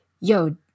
yo